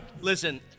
Listen